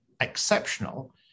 exceptional